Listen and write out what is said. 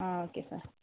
ah okay sir